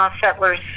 settlers